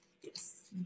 yes